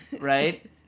right